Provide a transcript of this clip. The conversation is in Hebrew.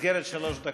במסגרת שלוש הדקות.